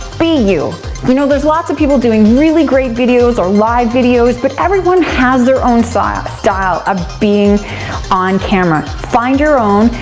be you, you know there's lots of people doing really great videos or live videos, but everyone has their own style style of being on camera. find your own,